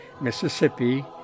Mississippi